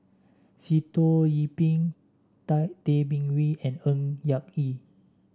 Sitoh Yih Pin Tay Bin Wee and Ng Yak Whee